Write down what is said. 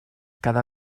cada